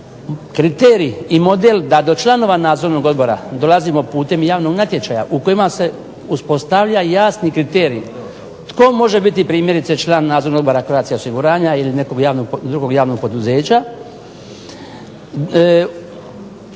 kriterij i model da do članova nadzornog odbora dolazimo putem javnog natječaja u kojima se uspostavlja jasni kriterij tko može biti primjerice član nadzornog odbora Croatia osiguranja ili nekog drugog javnog poduzeća